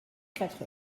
quatre